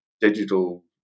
digital